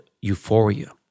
euphoria